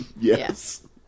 yes